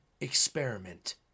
experiment